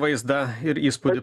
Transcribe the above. vaizdą ir įspūdį